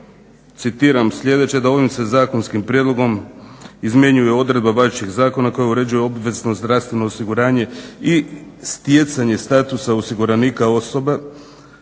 citiram, sljedeće: "Ovim se zakonskim prijedlogom izmjenjuje odredba važećih zakona koje uređuje obvezno zdravstveno osiguranje i stjecanje statusa osiguranika osoba